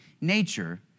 nature